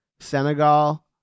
Senegal